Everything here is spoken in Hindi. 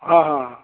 हाँ हाँ